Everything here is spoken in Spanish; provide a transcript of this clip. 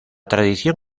tradición